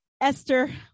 Esther